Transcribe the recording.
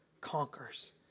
conquers